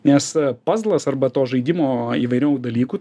nes pozlas arba to žaidimo įvairiau dalykų